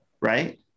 right